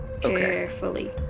Carefully